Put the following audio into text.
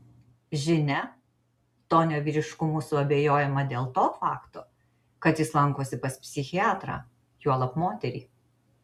žinia tonio vyriškumu suabejojama dėl to fakto kad jis lankosi pas psichiatrą juolab moterį